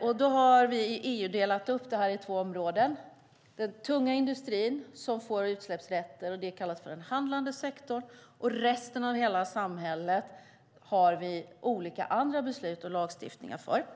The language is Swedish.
Vi i EU har delat upp det här i två områden. Den tunga industrin som får utsläppsrätter kallas för den handlande sektorn. Resten av hela samhället har vi andra beslut och lagstiftningar för.